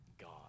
God